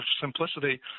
simplicity